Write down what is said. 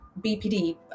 BPD